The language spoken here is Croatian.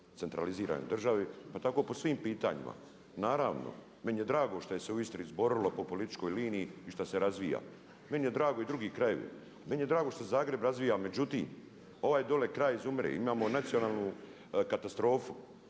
centraliziranoj državi pa tako po svim pitanjima. Naravno meni je drago što se je u Istri zborilo po političkoj liniji i što se razvija, meni je drago i drugih krajeva, meni je drago što se Zagreb razvija, međutim ovaj dole kraj izumire. Imamo nacionalnu katastrofu.